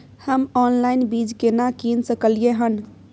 हम ऑनलाइन बीज केना कीन सकलियै हन?